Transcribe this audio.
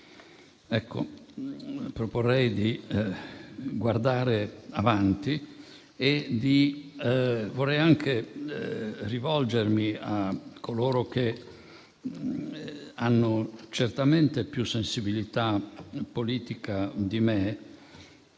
Ecco, proporrei di guardare avanti e vorrei anche rivolgermi a coloro che hanno certamente più sensibilità politica di me